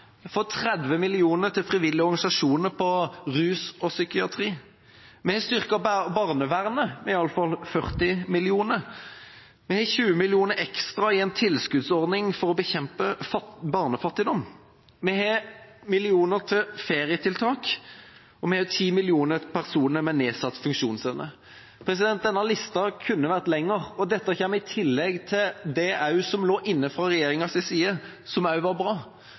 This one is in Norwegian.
fått 30 mill. kr til frivillige organisasjoner på rus og psykiatri. Vi har styrket barnevernet med i hvert fall 40 mill. kr. Vi har 20 mill. kr ekstra i en tilskuddsordning for å bekjempe barnefattigdom. Vi har millioner til ferietiltak, og vi har 10 mill. kr til personer med nedsatt funksjonsevne. Denne lista kunne vært lengre, og dette kommer i tillegg til det som lå inne fra regjeringas side, som også var bra.